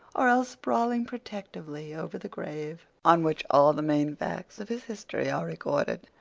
or else sprawling protectively over the grave, on which all the main facts of his history are recorded.